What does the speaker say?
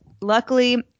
Luckily